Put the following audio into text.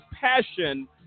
passion